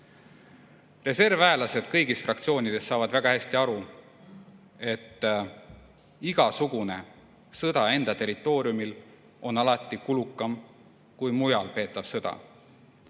Reservväelased kõigist fraktsioonidest saavad väga hästi aru, et igasugune sõda enda territooriumil on alati kulukam kui mujal peetav sõda.